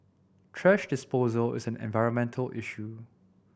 thrash disposal is an environmental issue